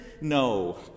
no